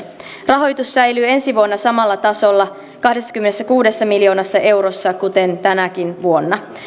rahoitus säilyy ensi vuonna samalla tasolla kahdessakymmenessäkuudessa miljoonassa eurossa kuten tänäkin vuonna